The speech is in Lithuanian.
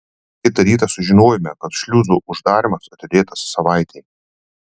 kitą rytą sužinojome kad šliuzų uždarymas atidėtas savaitei